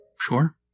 Sure